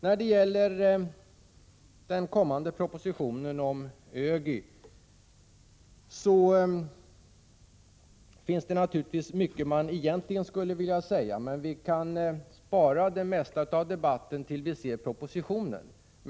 När det gäller den kommande propositionen om ÖGY finns det naturligtvis mycket man egentligen skulle vilja säga, men vi kan spara det mesta av debatten tills vi ser propositionen.